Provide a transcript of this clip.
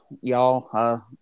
y'all